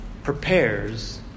prepares